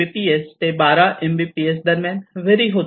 6 Kbps ते 12 Mbps दरम्यान vary होतो